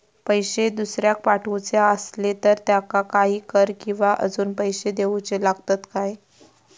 पैशे दुसऱ्याक पाठवूचे आसले तर त्याका काही कर किवा अजून पैशे देऊचे लागतत काय?